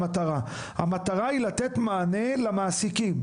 המטרה היא לתת מענה למעסיקים,